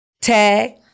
tag